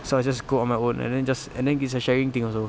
so I just cook on my own and then just and then it's a sharing thing also